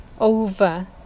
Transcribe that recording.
over